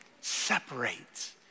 separates